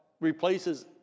replaces